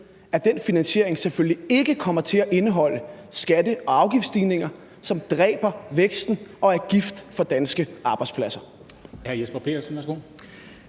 at den finansiering selvfølgelig ikke kommer til at indeholde skatte- og afgiftsstigninger, som dræber væksten og er gift for danske arbejdspladser?